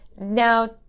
Now